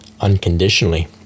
unconditionally